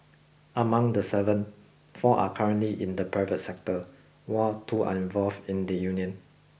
among the seven four are currently in the private sector while two are involved in the union